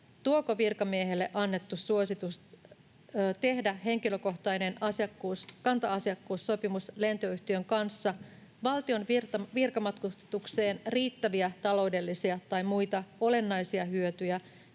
tuoko virkamiehelle annettu suositus tehdä henkilökohtainen kanta-asiakkuussopimus lentoyhtiön kanssa valtion virkamatkustukseen riittäviä taloudellisia tai muita olennaisia hyötyjä,